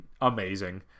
amazing